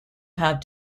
have